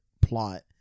plot